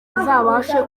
azabashe